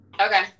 okay